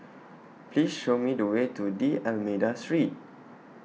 Please Show Me The Way to D'almeida Street